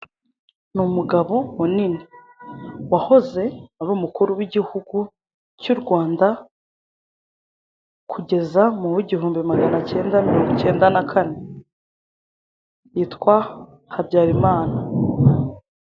Ni umugabo munini wahoze ari umukuru w'Igihugu cy'u Rwanda kugeza mu w'igihumbi magana icyenda mirongo icyenda na kane, yitwa Habyarimana.